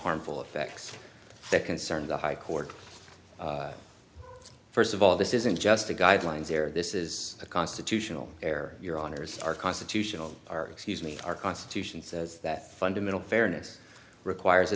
harmful effects that concern the high court first of all this isn't just a guidelines here this is a constitutional air your honors our constitutional or excuse me our constitution says that fundamental fairness requires a